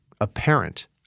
apparent